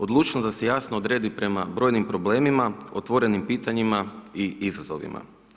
Odlučnost da se jasno odredi prema brojnim problemima otvorenim pitanjima i izazovima.